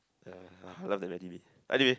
ya I love that anime anyway